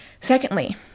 secondly